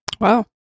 Wow